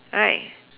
right